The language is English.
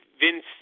Vince